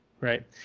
right